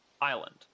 island